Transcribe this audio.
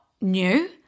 new